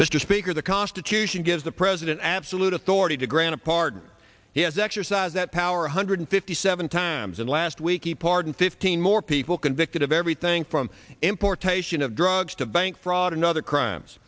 mr speaker the constitution gives the president absolute authority to grant a pardon he has exercise that power one hundred fifty seven times and last week he pardoned fifteen more people convicted of everything from importation of drugs to bank fraud and other crimes